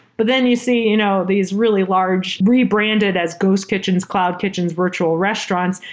but then you see you know these really large rebranded as ghosts kitchens, cloud kitchens, virtual restaurant,